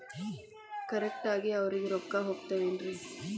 Correct ಆಗಿ ಅವರಿಗೆ ರೊಕ್ಕ ಹೋಗ್ತಾವೇನ್ರಿ?